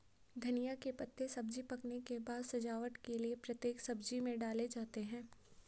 धनिया के पत्ते सब्जी पकने के बाद सजावट के लिए प्रत्येक सब्जी में डाले जाते हैं